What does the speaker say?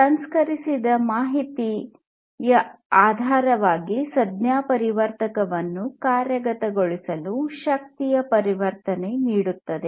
ಸಂಸ್ಕರಿಸಿದ ಮಾಹಿತಿಯ ಆಧಾರವಾಗಿ ಸಂಜ್ಞಾಪರಿವರ್ತಕವನ್ನು ಕಾರ್ಯಗತಗೊಳಿಸಲು ಶಕ್ತಿಯ ಪರಿವರ್ತನೆ ನಡೆಯುತ್ತಿದೆ